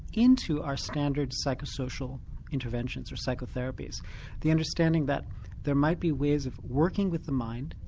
into our standard psycho-social interventions or psychotherapies the understanding that there might be ways of working with the mind,